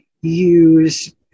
use